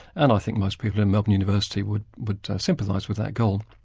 and i think most people in melbourne university would would sympathise with that goal.